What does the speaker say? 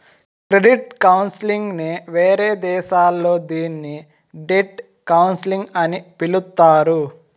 credit counselling నే వేరే దేశాల్లో దీన్ని డెట్ కౌన్సిలింగ్ అని పిలుత్తారు